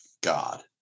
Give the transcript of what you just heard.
God